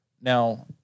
Now